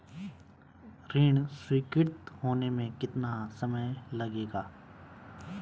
ऋण स्वीकृति होने में कितना समय लगेगा?